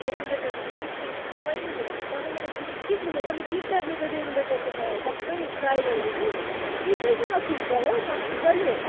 रेगुलेटरसँग त्यो टो टुप्पोइ मिल्दैन तपाईँको त त्यो ठिक ठिक मिल्यो मैले तिनटा मेरो रेगुलेटरसँग सप्पै ट्राई गरेको कि तिनटैसँग फिट भयो मज्जाले